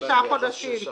בסדר.